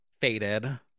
Faded